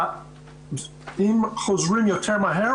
אם חוזרים יותר מהר,